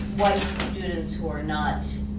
white students who were not